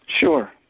Sure